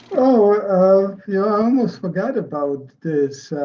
oh. yeah i almost forgot about this